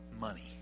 money